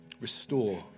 restore